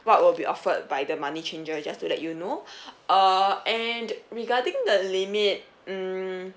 what will be offered by the money changer just to let you know uh and regarding the limit um